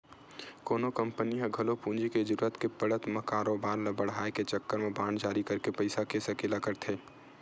कोनो कंपनी ह घलो पूंजी के जरुरत के पड़त म कारोबार ल बड़हाय के चक्कर म बांड जारी करके पइसा के सकेला करथे